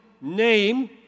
name